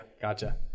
gotcha